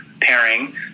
pairing